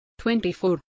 24